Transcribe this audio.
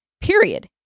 Period